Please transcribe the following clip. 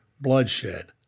bloodshed